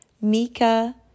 Mika